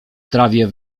trawie